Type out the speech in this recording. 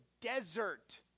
desert